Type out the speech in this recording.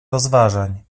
rozważań